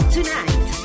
Tonight